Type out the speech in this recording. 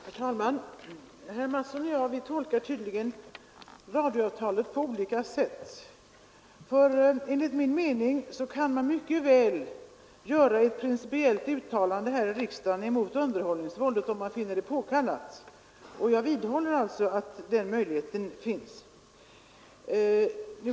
Herr talman! Herr Mattsson i Lane-Herrestad och jag tolkar tydligen radioavtalet på olika sätt. Enligt min mening kan vi mycket väl göra ett principiellt uttalande i riksdagen mot underhållningsvåldet, om vi finner det påkallat. Jag vidhåller alltså att den möjligheten finns.